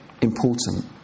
important